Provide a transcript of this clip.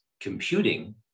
computing